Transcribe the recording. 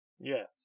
Yes